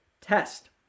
test